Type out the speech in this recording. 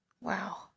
Wow